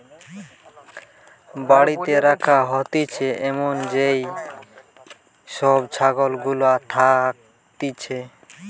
বাড়িতে রাখা হতিছে এমন যেই সব ছাগল গুলা থাকতিছে